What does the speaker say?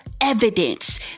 evidence